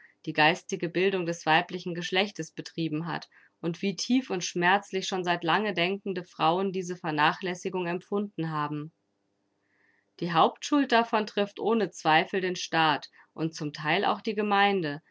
die geistige bildung des weiblichen geschlechtes betrieben hat und wie tief und schmerzlich schon seit lange denkende frauen diese vernachlässigung empfunden haben die hauptschuld davon trifft ohne zweifel den staat und zum theil auch die gemeinde